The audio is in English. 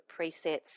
presets